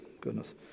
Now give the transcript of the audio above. goodness